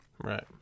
Right